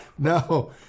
No